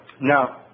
Now